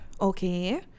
okay